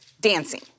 dancing